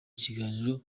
kiganiro